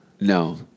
No